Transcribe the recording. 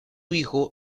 hijo